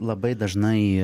labai dažnai